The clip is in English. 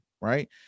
right